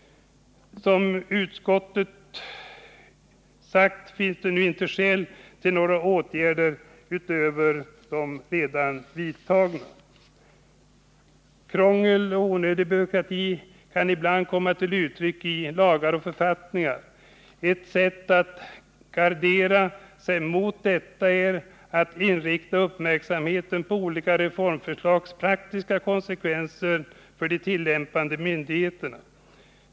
Som utskottet sagt finns det nu inte skäl till några åtgärder utöver dem som redan har vidtagits. Krångel och onödig byråkrati kan ibland komma till uttryck i lagar och författningar. Ett sätt att gardera sig mot detta är att rikta uppmärksamheten 89 mot olika reformförslags praktiska konsekvenser för de tillämpande myndigheterna.